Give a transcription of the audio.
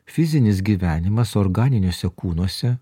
fizinis gyvenimas organiniuose kūnuose